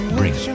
bring